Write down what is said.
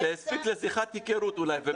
זה הספיק לשיחת היכרות אולי ופגישה.